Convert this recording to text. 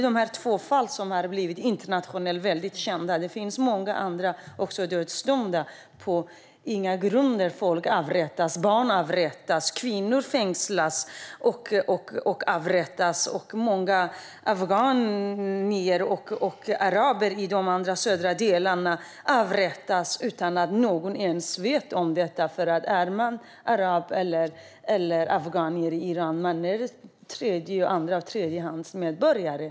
Dessa två fall har blivit väldigt kända internationellt, men det finns många andra som har blivit dödsdömda och avrättats utan grunder. Barn avrättas. Kvinnor fängslas och avrättas. Många afghaner och araber i de södra delarna avrättas utan att någon ens vet om detta. Araber och afghaner i Iran är andra eller tredje klassens medborgare.